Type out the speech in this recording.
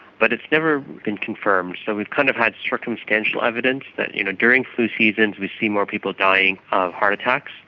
but it has never been confirmed. so we've kind of had circumstantial evidence, that you know during flu seasons we see more people dying of heart attacks.